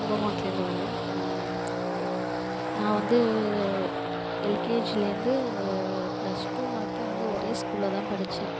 கும்பகோணத்துலேந்து வர்றேன் நான் வந்து எல்கேஜிலேந்து பிளஸ்டூ வரைக்கும் வந்து ஒரே ஸ்கூலில்தான் படிச்சேன்